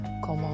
comment